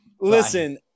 Listen